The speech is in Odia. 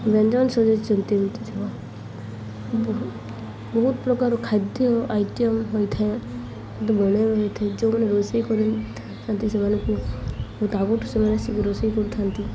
ବ୍ୟଞ୍ଜନ ସଜେଇଛନ୍ତି ଏମିତି ବହୁତ ପ୍ରକାର ଖାଦ୍ୟ ଆଇଟମ୍ ହୋଇଥାଏ ହୋଇଥାଏ ଯେଉଁମାନେ ରୋଷେଇ କରିଥାନ୍ତି ସେମାନଙ୍କୁ ତା'ଠୁ ସେମାନେ ରୋଷେଇ କରୁଥାନ୍ତି